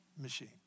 machine